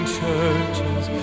churches